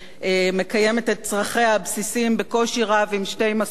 צרכיה הבסיסיים בקושי רב עם שתי משכורות.